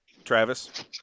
Travis